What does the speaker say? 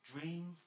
Dream